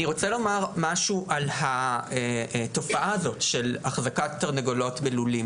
אני רוצה לומר משהו על התופעה של החזקת תרנגולות בלולים.